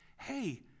hey